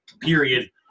period